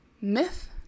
Myth